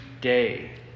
day